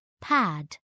pad